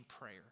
prayer